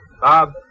Bob